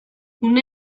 une